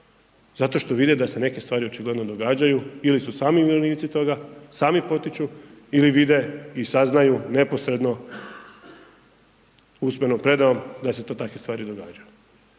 Zato što vide da se neke stvari očigledno događaju ili su sami sudionici toga, sami potiču ili vide i saznaju neposredno, usmenom predajom da se takve stvari događaju.